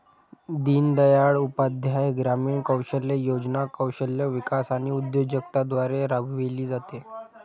दीनदयाळ उपाध्याय ग्रामीण कौशल्य योजना कौशल्य विकास आणि उद्योजकता द्वारे राबविली जाते